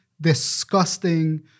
disgusting